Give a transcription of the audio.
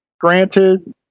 granted